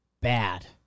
bad